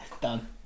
done